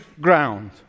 ground